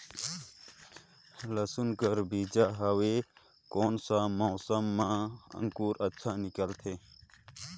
लसुन कर बीजा हवे कोन सा मौसम मां अंकुर अच्छा निकलथे?